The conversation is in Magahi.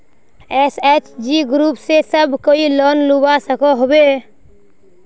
एस.एच.जी ग्रूप से सब कोई लोन लुबा सकोहो होबे?